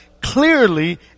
clearly